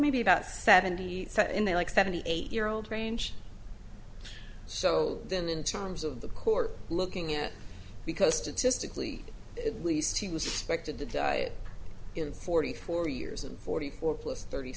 maybe about seventy in the like seventy eight year old range so then in terms of the court looking at because statistically at least he was expected to die in forty four years and forty four plus thirty